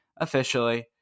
officially